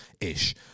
ish